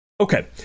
Okay